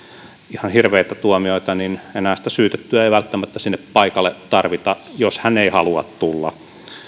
ihan hirveitä tuomioita enää sitä syytettyä ei välttämättä sinne paikalle tarvita jos hän ei halua tulla